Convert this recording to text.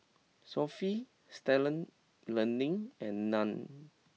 Sofy Stalford Learning and Nan